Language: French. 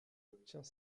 obtient